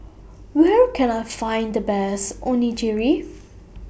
Where Can I Find The Best Onigiri